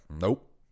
Nope